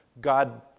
God